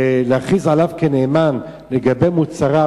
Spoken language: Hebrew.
ולהכריז עליו נאמן לגבי מוצריו,